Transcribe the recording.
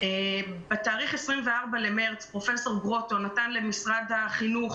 ב-24 במרץ פרופסור גרוטו נתן למשרד החינוך